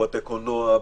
בבתי הקולנוע,